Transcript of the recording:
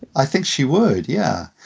i think she would. yeah,